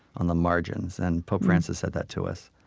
on the margins. and pope francis said that to us.